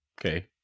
okay